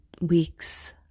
weeks